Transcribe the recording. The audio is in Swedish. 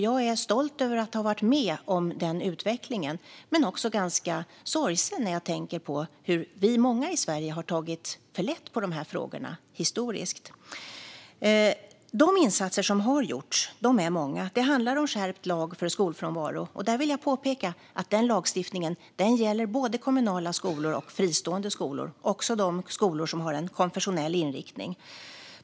Jag är stolt över att ha varit med om denna utveckling men också ganska sorgsen när jag tänker på hur många av oss i Sverige historiskt har tagit alltför lätt på dessa frågor. De insatser som har gjorts är många. Det handlar om skärpt lag för skolfrånvaro, och där vill jag påpeka att lagstiftningen gäller både kommunala skolor och fristående skolor, också skolor som har en konfessionell inriktning.